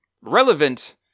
relevant